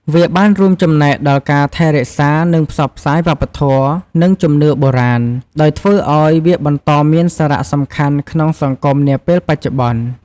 វាបានរួមចំណែកដល់ការថែរក្សា និងផ្សព្វផ្សាយវប្បធម៌ និងជំនឿបុរាណ ដោយធ្វើឲ្យវាបន្តមានសារៈសំខាន់ក្នុងសង្គមនាពេលបច្ចុប្បន្ន។